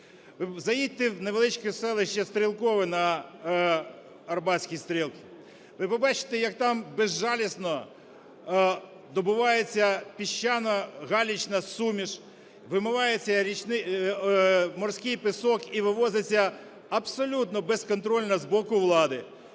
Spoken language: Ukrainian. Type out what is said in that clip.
Заїдьте в невеличке селище Стрілкове на Арабатській стрілці, ви побачите, як там безжалісно добувається піщано-галічна суміш, вимивається річний… морський пісок і вивозиться абсолютно безконтрольно з боку влади.